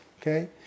okay